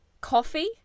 Coffee